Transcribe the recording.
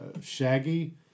Shaggy